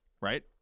right